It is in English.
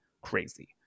crazy